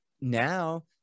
now